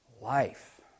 life